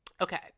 Okay